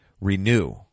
Renew